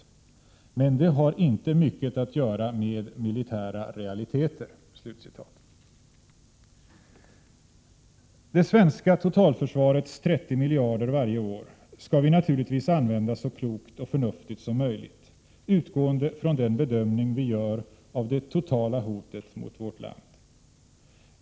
Men det har inte mycket att göra med militära realiteter.” Det svenska totalförsvarets 30 miljarder varje år skall vi naturligtvis använda så klokt och förnuftigt som möjligt, utgående från den bedömning vi gör av det totala hotet mot vårt land.